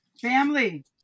Family